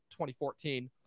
2014